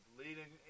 leading